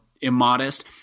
immodest